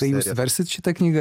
tai jūs versit šitą knygą